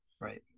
right